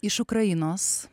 iš ukrainos